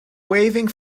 waving